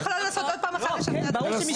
אני יכולה לנסות עוד פעם אחת לשכנע את --- תנסי,